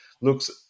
looks